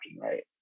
right